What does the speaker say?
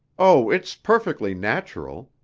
oh, it's perfectly natural!